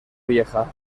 vieja